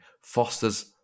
fosters